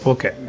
Okay